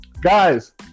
guys